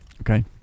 okay